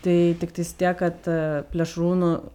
tai tiktais tiek kad e plėšrūnų